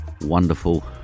wonderful